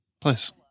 Please